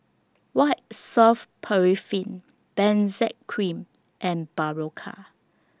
White Soft Paraffin Benzac Cream and Berocca